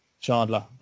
Chandler